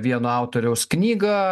vieno autoriaus knygą